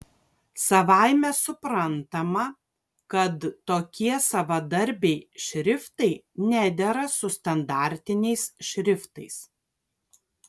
savaime suprantama kad tokie savadarbiai šriftai nedera su standartiniais šriftais